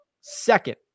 second